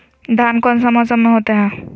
धान कौन सा मौसम में होते है?